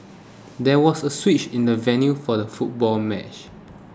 there was a switch in the venue for the football match